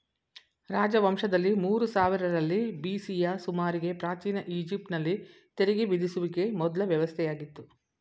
ರಾಜವಂಶದಲ್ಲಿ ಮೂರು ಸಾವಿರರಲ್ಲಿ ಬಿ.ಸಿಯ ಸುಮಾರಿಗೆ ಪ್ರಾಚೀನ ಈಜಿಪ್ಟ್ ನಲ್ಲಿ ತೆರಿಗೆ ವಿಧಿಸುವಿಕೆ ಮೊದ್ಲ ವ್ಯವಸ್ಥೆಯಾಗಿತ್ತು